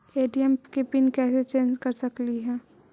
ATM के pin कैसे change कर सकली ही?